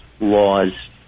laws